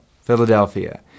philadelphia